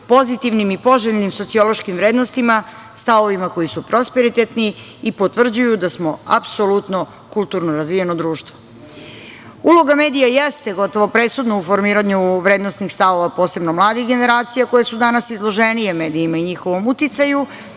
pozitivnim i poželjnim sociološkim vrednostima, stavovima koji su prosperitetni i potvrđuju da smo apsolutno kulturno razvijeno društvo. Uloga medija jeste gotovo presudna u formiranju vrednosnih stavova posebno mladih generacija koje su danas izloženije medijima i njihovom uticaju